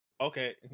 Okay